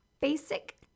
basic